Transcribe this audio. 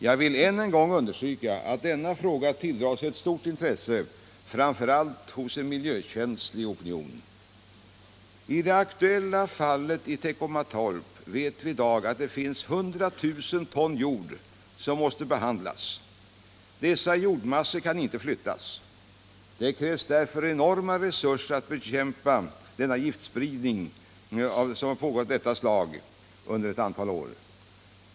Jag vill än en gång understryka att denna fråga tilldrar sig ett stort intresse framför allt hos en miljökänslig opinion. I det aktuella fallet i Teckomatorp vet vi i dag att där finns 100 000 ton jord som måste behandlas. Dessa jordmassor kan inte flyttas. Det krävs därför enorma resurser för att bekämpa denna giftspridning, som pågått under ett antal år.